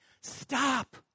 stop